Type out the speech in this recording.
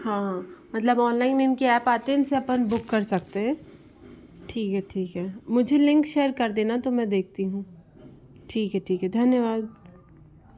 हाँ मतलब की ऑनलाइन में इनके ऐप आते हैं जिससे अपन बुक कर सकते हैं ठीक है ठीक है मुझे लिंक शेयर कर देना तो मैं देखती हूँ ठीक है ठीक है धन्यवाद